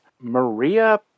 Maria